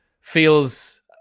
feels